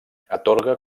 atorga